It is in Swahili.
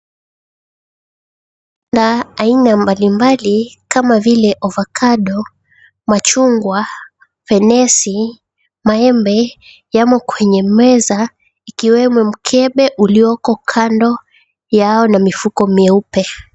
Matunda aina mbalimbali kama vile avocado, machungwa, fenesi, maembe yamo kwenye meza ikiwemo mkebe ulioko kando yao na mifuko meupe.